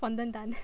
fondant done